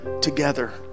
together